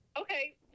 Okay